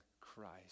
Christ